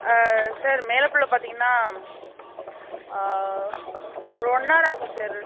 sir Melapalur பார்த்தீங்கன்னா ஒரு one hour ஆகும் சார்